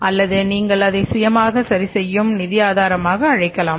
அல்லது நீங்கள் அதை சுயமாக சரிசெய்யும் நிதி ஆதாரமாக அழைக்கலாம்